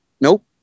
nope